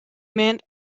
men